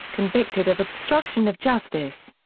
convicted of obstruction of justice.